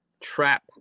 trap